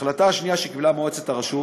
ההחלטה השנייה, שקיבלה מועצת הרשות